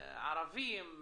ערבים,